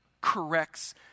corrects